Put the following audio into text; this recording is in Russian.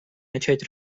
начать